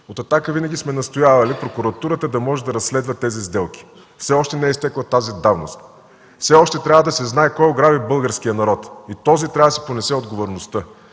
от „Атака” винаги сме настоявали прокуратурата да може да разследва тези сделки. Все още не е изтекла тази давност. Все още трябва да се знае кой ограби българския народ и той трябва да си понесе отговорността.